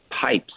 pipes